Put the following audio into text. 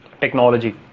technology